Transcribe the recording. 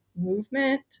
movement